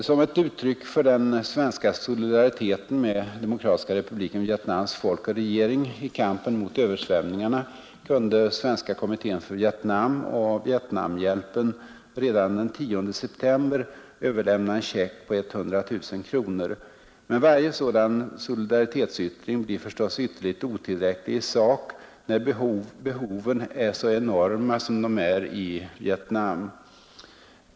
Som ett uttryck för den svenska solidariteten med Demokratiska republiken Vietnams folk och regering i kampen mot översvämningarna kunde Svenska kommittén för Vietnam och Vietnamhjälpen redan den 10 september överlämna en check på 100 000 kronor. Men varje sådan solidaritetsyttring blir förstås ytterligt otillräcklig i sak när behoven är så enorma som de är i Vietnam.